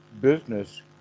business